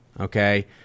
Okay